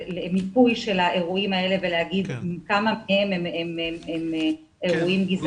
על מיפוי האירועים האלה ולומר כמה מהם הם אירועים גזעניים.